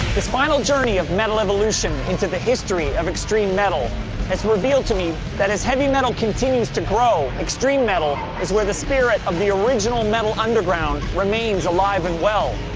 this final journey of metal evolution into history of extreme metal has revealed to me that as heavy metal continues to grow, extreme metal is where the spirit of the original metal underground remains alive and well.